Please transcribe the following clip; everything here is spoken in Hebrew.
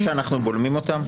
אתה יודע שאנחנו בולמים אותם?